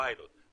פיילוט.